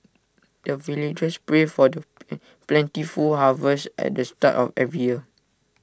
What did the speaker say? the villagers pray for the plentiful harvest at the start of every year